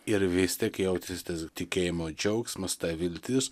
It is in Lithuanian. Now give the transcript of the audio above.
ir vis tiek jautėsi tas tikėjimo džiaugsmas ta viltis